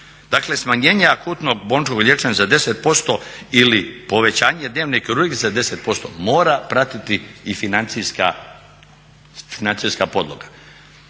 Dakle smanjenje akutnog bolničkog liječenja za 10% ili povećanje dnevne kirurgije za 10% mora pratiti i financijska podloga.